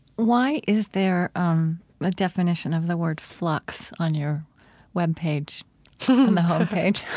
why is there um a definition of the word flux on your web page, on the home page?